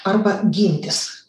arba gintis